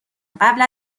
قبل